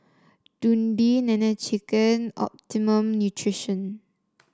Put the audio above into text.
Dundee Nene Chicken Optimum Nutrition